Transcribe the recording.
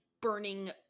burning